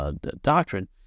doctrine